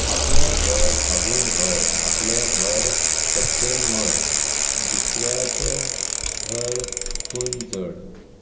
आपलें घर हागून भर आपलें घर सत्येन मर दुसऱ्याचें घर थुकून जड